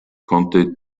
konnte